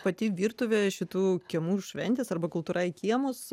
pati virtuvė šitų kiemų šventės arba kultūra į kiemus